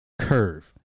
curve